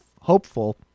hopeful